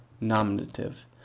nominative